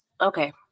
Okay